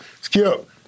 skip